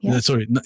Sorry